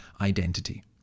identity